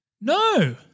No